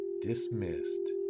dismissed